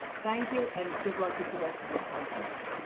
thank you and good luck with the rest of your conference.